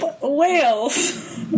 Whales